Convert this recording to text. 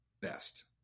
best